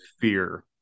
fear